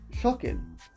shocking